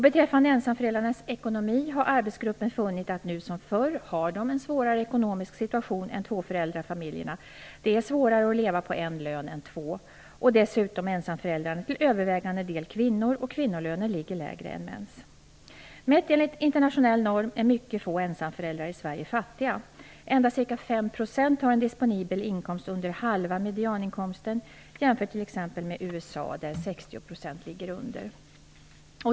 Beträffande ensamföräldrarnas ekonomi har arbetsgruppen funnit att de nu som förr har en svårare ekonomisk situation än tvåföräldrafamiljerna. Det är svårare att leva på en lön än två. Dessutom är ensamföräldrarna till övervägande del kvinnor, och kvinnolöner ligger lägre än mäns. Mätt enligt internationell norm är mycket få ensamföräldrar i Sverige fattiga. Endast ca 5 % har en disponibel inkomst under halva medianinkomsten, jämfört med t.ex. USA, där 60 % ligger under.